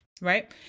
right